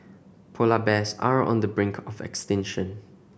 polar bears are on the brink of extinction